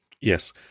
Yes